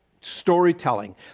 storytelling